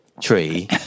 tree